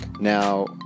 Now